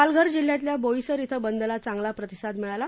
पालघर जिल्ह्यात बाईसर इथं या बदला चांगला प्रतिसाद मिळाला